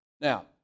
Now